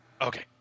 Okay